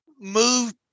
move